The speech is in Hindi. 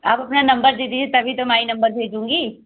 आप अपना नंबर दे दिजए तभी तो मैं नंबर भेजूँगी